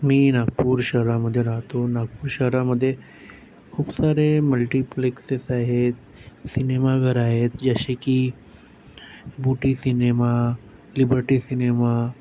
मी नागपूर शहरामध्ये राहतो नागपूर शहरामध्ये खूप सारे मल्टिप्लेक्सेस आहेत सिनेमाघर आहेत जसे की बुटी सिनेमा लिबर्टी सिनेमा